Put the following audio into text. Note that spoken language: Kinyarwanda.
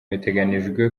biteganijwe